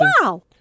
wow